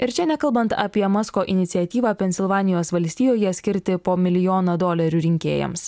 ir čia nekalbant apie masko iniciatyvą pensilvanijos valstijoje skirti po milijoną dolerių rinkėjams